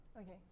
okay